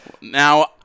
Now